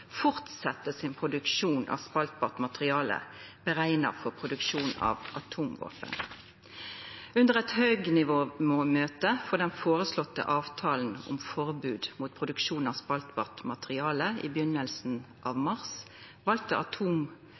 sin produksjon av spaltbart materiale meint for produksjon av atomvåpen. Under eit høgnivåmøte for den føreslåtte avtalen om forbod mot produksjon av spaltbart materiale i byrjinga av mars